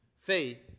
Faith